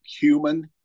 human